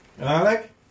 Alec